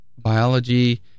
Biology